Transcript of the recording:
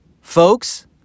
Folks